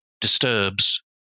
disturbs